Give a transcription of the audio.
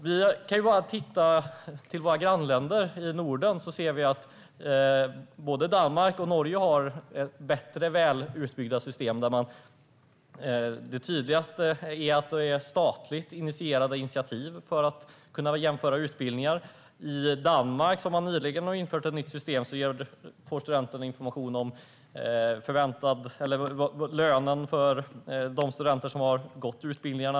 Vi kan se på våra nordiska grannländer. Både Danmark och Norge har mer välutbyggda system. Det tydligaste utgörs av ett statligt initiativ där man kan jämföra utbildningar. I Danmark har man nyligen infört ett system där studenterna får information om vilken lön de studenter får som har gått utbildningarna.